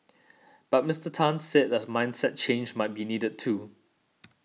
but Mister Tan said that mindset change might be needed too